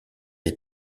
des